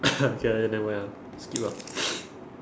K lah then never mind ah skip ah